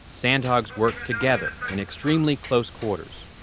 sandhogs work together in extremely close quarters